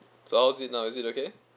so how's it now is it okay